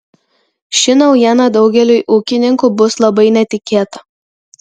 ši naujiena daugeliui ūkininkų bus labai netikėta